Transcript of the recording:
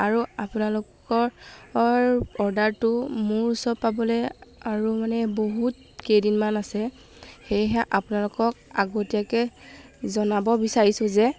আৰু আপোনালোকৰ অৰ্ডাৰটো মোৰ ওচৰত পাবলৈ আৰু মানে বহুত কেইদিনমান আছে সেয়েহে আপোনালোকক আগতীয়াকৈ জনাব বিচাৰিছোঁ যে